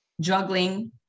juggling